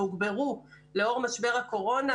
והוגברו לאור משבר הקורונה,